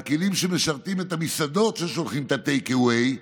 והכלים שמשרתים את המסעדות ששולחות את הטייק אווי,